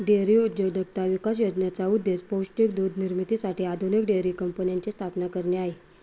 dairy उद्योजकता विकास योजनेचा उद्देश पौष्टिक दूध निर्मितीसाठी आधुनिक डेअरी कंपन्यांची स्थापना करणे आहे